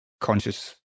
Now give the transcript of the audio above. conscious